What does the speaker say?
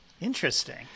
Interesting